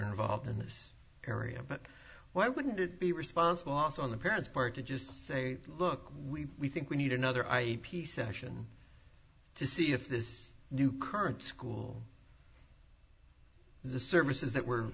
involved in this area but why wouldn't it be responsible also on the parent's part to just say look we think we need another i p session to see if this new current school the services that were